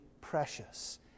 precious